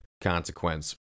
consequence